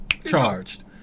Charged